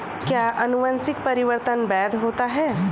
क्या अनुवंशिक परिवर्तन वैध होता है?